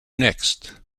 next